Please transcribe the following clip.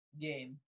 game